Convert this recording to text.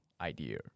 idea